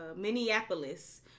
Minneapolis